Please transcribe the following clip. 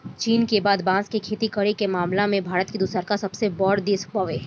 चीन के बाद बांस के खेती करे के मामला में भारत दूसरका सबसे बड़ देश बावे